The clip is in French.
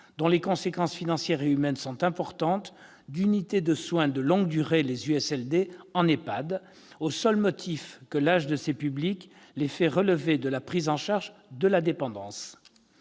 dont les conséquences financières et humaines sont importantes -d'unités de soins de longue durée- USLD -en EHPAD, au seul motif que l'âge de ces publics les fait relever de la prise en charge de la dépendance.